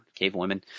cavewomen